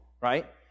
right